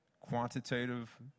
quantitative